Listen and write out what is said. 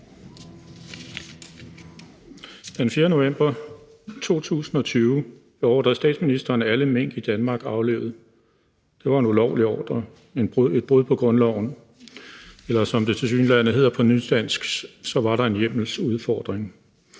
Den 4. november 2020 beordrede statsministeren alle mink i Danmark aflivet. Det var en ulovlig ordre, et brud på grundloven, eller som det tilsyneladende hedder på nudansk: Der var en hjemmelsudfordring.